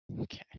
okay